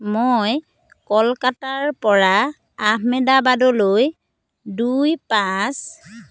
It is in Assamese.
মই কলকাতাৰ পৰা আহমেদাবাদলৈ দুই পাঁচ